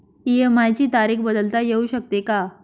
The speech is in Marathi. इ.एम.आय ची तारीख बदलता येऊ शकते का?